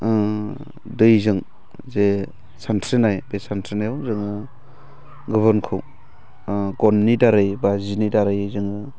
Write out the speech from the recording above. दैजों जे सानस्रिनाय बे सानस्रिनायाव जोङो गुबुनखौ गननि दारै बा जिनि दारै जोङो